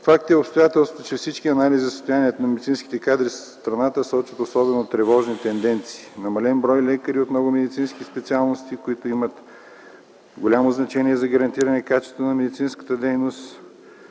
Факт е обстоятелството, че всички анализи за състоянието на медицинските кадри в страната сочат особено тревожни тенденции – намален брой лекари от много медицински специалности, които имат голямо значение за гарантиране на качеството на медицинската дейност,